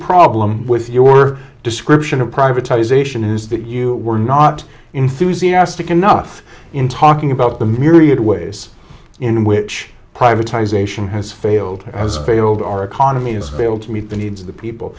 problem with your description of privatisation is that you were not enthusiastic enough in talking about the myriad ways in which privatized nation has failed as failed our economy has been able to meet the needs of the people